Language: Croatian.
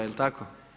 Jel' tako?